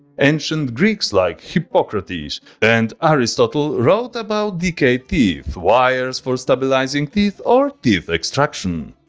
ancient greeks like hippocrates and aristotle wrote about decayed teeth, wires for stabilizing teeth or teeth extraction.